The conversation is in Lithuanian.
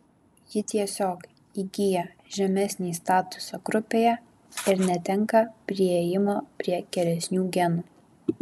ji tiesiog įgyja žemesnį statusą grupėje ir netenka priėjimo prie geresnių genų